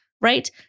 right